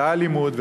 באותה אלימות,